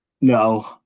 No